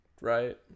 right